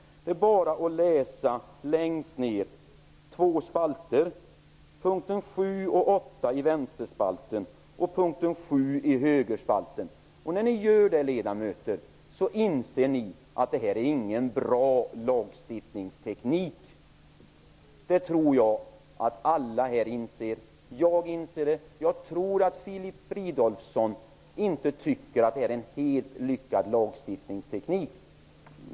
Där står två spalter, och det gäller p. När ni ledamöter läser det inser ni att detta inte är någon bra lagstiftningsteknik. Det tror jag att alla här inser. Jag inser det, och jag tror att Filip Fridolfsson inte tycker att det är en helt lyckad lagstiftningsteknik.